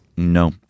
No